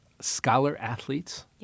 scholar-athletes